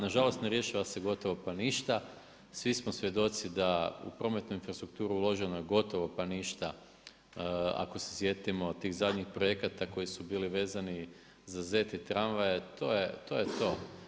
Nažalost ne rješava se gotovo pa ništa, svi smo svjedoci da u prometnu infrastrukturu uloženo je gotovo pa ništa ako se sjetimo tih zadnjih projekata koji su bili vezani za ZET i tramvaje, to je to.